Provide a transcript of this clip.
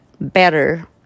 better